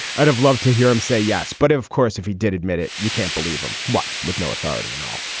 i'd have loved to hear him say yes. but of course, if he did admit it, you can't believe him. what? with no authority? you know,